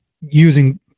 using